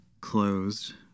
closed